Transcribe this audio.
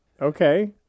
Okay